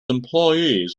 employees